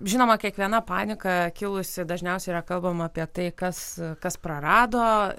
žinoma kiekviena panika kilusi dažniausiai yra kalbama apie tai kas kas prarado